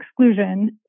exclusion